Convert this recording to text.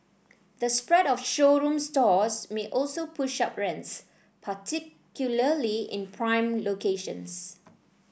the spread of showroom stores may also push up rents particularly in prime locations